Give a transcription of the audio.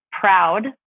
proud